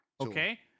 Okay